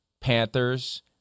Panthers